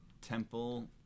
temple